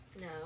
No